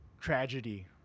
tragedy